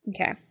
Okay